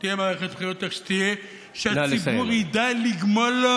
הצעת חוק התפזרות הכנסת העשרים-ושתיים והקדמת הבחירות,